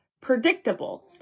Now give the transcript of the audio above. predictable